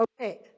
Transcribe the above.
okay